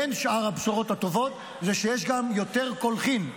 בין שאר הבשורות הטובות זה שיש גם יותר קולחין,